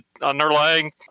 underlying